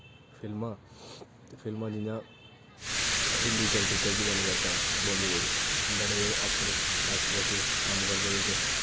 फिल्मां ते फिल्मां जि'यां हिन्दी चलचित्तर दी गल्ल करचै अस बॉलीबुड्ड बड़े ऐक्टर्स ऐक्टर्सिस कम्म करदे ओह्दै च